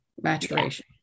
maturation